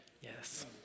Yes